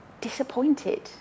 disappointed